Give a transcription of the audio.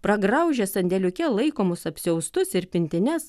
pragraužė sandėliuke laikomus apsiaustus ir pintines